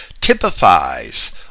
typifies